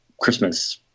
Christmas